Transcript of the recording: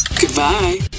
Goodbye